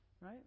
right